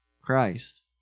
christ